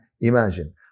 imagine